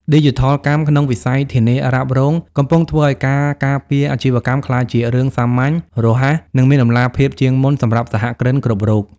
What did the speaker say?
ឌីជីថលកម្មក្នុងវិស័យធានារ៉ាប់រង កំពុងធ្វើឱ្យការការពារអាជីវកម្មក្លាយជារឿងសាមញ្ញ រហ័ស និងមានតម្លាភាពជាងមុនសម្រាប់សហគ្រិនគ្រប់រូប។